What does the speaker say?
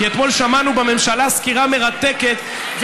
כי אתמול שמענו בממשלה סקירה מרתקת,